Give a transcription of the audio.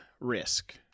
risk